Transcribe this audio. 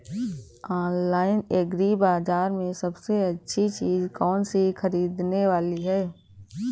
Online agri बाजार में सबसे अच्छी चीज कौन सी ख़रीदने वाली है?